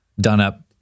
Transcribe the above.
done-up